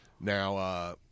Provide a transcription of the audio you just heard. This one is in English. Now